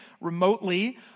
remotely